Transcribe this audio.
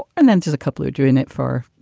and then there's a couple who are doing it for,